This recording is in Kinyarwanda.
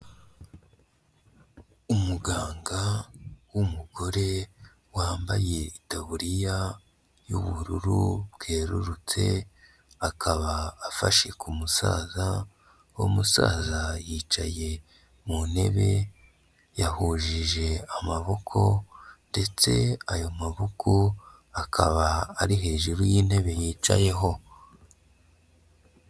Umuganga w'umugore wambaye itaburiya y'ubururu bwerurutse akaba afashe ku musaza, uwo musaza yicaye mu ntebe yahujije amaboko ndetse ayo maboko akaba ari hejuru y'intebe yicayeho.